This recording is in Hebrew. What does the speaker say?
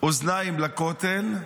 אוזניים לכותל,